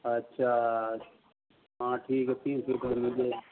अच्छा हाँ ठीक है तीन सौ रुपए में मिल जाएगा